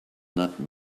not